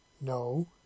No